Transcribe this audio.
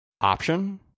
option